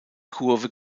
kurve